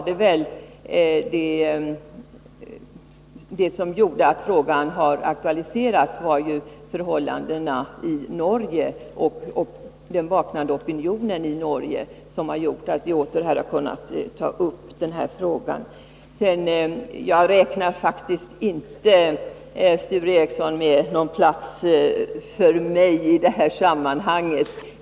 Det som gjorde att frågan åter aktualiserades var, som jag ser det, förhållandena i Norge och den vaknande opinionen där. Jag räknar faktiskt inte med någon plats i historien för mig själv i detta sammanhang.